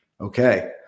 Okay